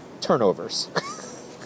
Turnovers